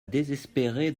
désespérer